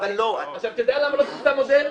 --- אבל לא --- אתה יודע למה לא פורסם מודל?